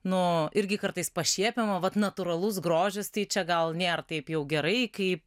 nu irgi kartais pašiepiama vat natūralus grožis tai čia gal nėr taip jau gerai kaip